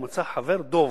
הוא מצא חבר דוב,